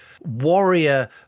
warrior